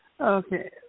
Okay